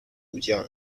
武将